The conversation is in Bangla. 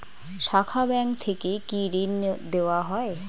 শাখা ব্যাংক থেকে কি ঋণ দেওয়া হয়?